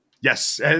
Yes